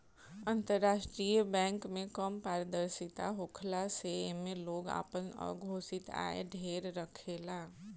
अंतरराष्ट्रीय बैंक में कम पारदर्शिता होखला से एमे लोग आपन अघोषित आय ढेर रखेला